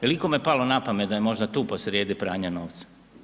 Jel' ikome palo na pamet da je možda tu posrijedi pranje novca?